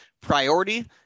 priority